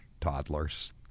toddlers